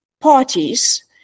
parties